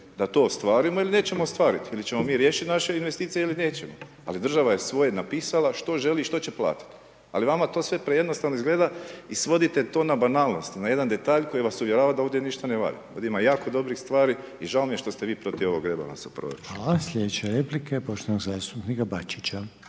da to ostvarimo ili nećemo ostvariti ili ćemo mi riješiti naše investicije ili nećemo, ali država je svoje napisala što želi i što će platiti. Ali vama to sve prejednostavno izgleda i svodite to na banalnosti, na jedan detalj koji vas uvjerava da ovdje ništa ne valja. Ovdje ima jako dobrih stvari i žao što ste vi protiv ovog rebalansa proračuna. **Reiner, Željko (HDZ)** Hvala, slijedeće